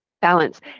balance